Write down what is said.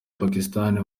pakisitani